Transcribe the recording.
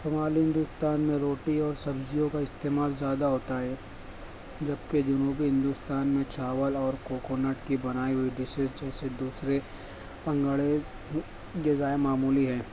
شمالی ہندوستان میں روٹی اور سبزیوں کا استعمال زیادہ ہوتا ہے جب کہ جنوبی ہندوستان میں چاول اور کوکونٹ کی بنائی ہوئی ڈشیز جیسے دوسرے انگریز غذائیں معمولی ہیں